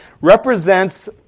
represents